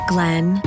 Glenn